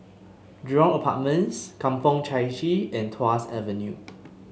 Jurong Apartments Kampong Chai Chee and Tuas Avenue